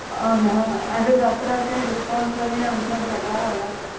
అవునా అదే దసరాకి డిస్కౌంట్లు అని అంటున్నారు కదా అలాగ ఏమైనా ఉన్నాయని